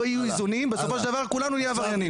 לא יהיו איזונים בסופו של דבר כולנו נהיה עברייניים.